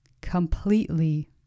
completely